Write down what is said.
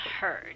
heard